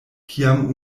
kiam